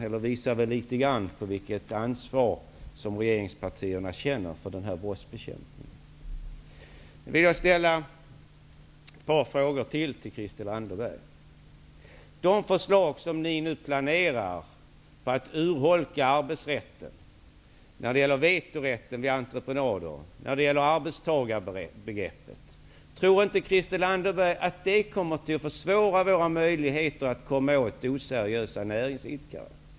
Det visar väl något på vilket ansvar som regeringspartierna känner för den här brottsbekämpningen. Anderberg. Tror inte Christel Anderberg att planerna på att urholka arbetsrätten -- det gäller vetorätten vid entreprenader och arbetstagarbegreppet -- kommer att försvåra våra möjligheter att komma åt oseriösa näringsidkare?